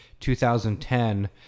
2010